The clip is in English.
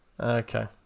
okay